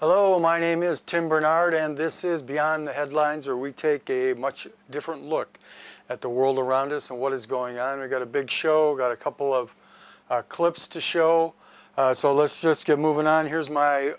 hello my name is tim bernard and this is beyond the headlines or we take a much different look at the world around us and what is going on to get a big show got a couple of clips to show solar system moving on here's my